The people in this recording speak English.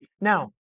Now